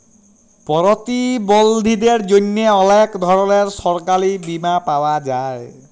পরতিবলধীদের জ্যনহে অলেক ধরলের সরকারি বীমা পাওয়া যায়